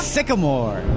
Sycamore